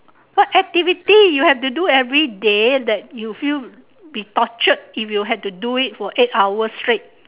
what activity you have to do everyday that you feel be tortured if you had to do it for eight hour straight